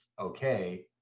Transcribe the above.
okay